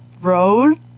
road